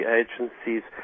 agencies